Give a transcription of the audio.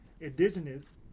indigenous